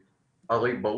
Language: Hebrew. הרי,